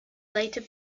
later